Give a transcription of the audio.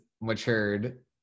matured